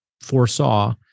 foresaw